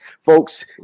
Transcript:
folks